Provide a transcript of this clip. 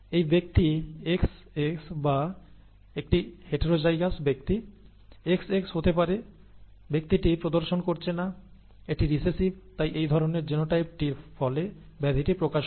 এই ব্যক্তি XAXA বা একটি হেটারোজাইগাস ব্যক্তি XAXa হতে হবে ব্যক্তিটি প্রদর্শন করছে না এটি রিসেসিভ তাই এই ধরণের জিনোটাইপটির ফলে ব্যাধিটি প্রকাশিত হয় না